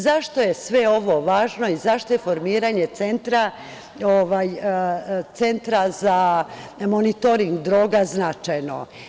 Zašto je sve ovo važno i zašto je formiranje Centra za monitoring droga značajno?